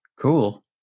Cool